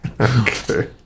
Okay